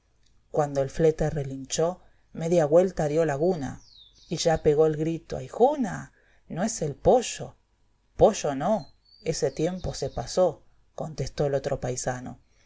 cuando el flete relinchó media güelta dio laguna y ya pegó el grito ahíjuna no es el pollo pouo no ese tiempo se pasó contestó el